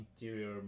interior